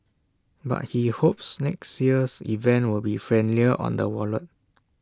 but he hopes next year's event will be friendlier on the wallet